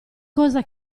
cosa